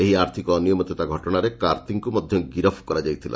ଏହି ଆର୍ଥିକ ଅନିୟମିତତା ଘଟଣାରେ କାର୍ତ୍ତିଙ୍କୁ ମଧ୍ୟ ଗିରଫ କରାଯାଇଥିଲା